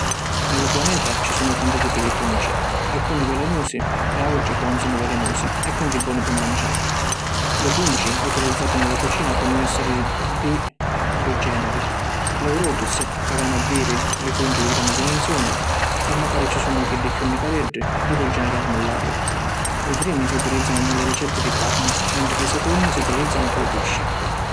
Ni lu pianeta ci sunnu tanti tipi di funci, alcuni velenusi e autri ca ‘un sunnu velenusi e quindi boni pi manciari. Li funci utilizzati ni la cucina ponnu essiri di dui generi Pleurotus ca veni a diri li funci di granni dimensioni e macari ci sunnu chiddi chiù nicareddi di lu generi Armillaria. Li primi si utilizzanu ni li ricetti di carni mentri li secunni si utilizzanu cu lu pisci.